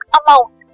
amount